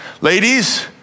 Ladies